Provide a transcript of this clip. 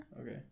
Okay